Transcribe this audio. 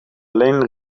alleen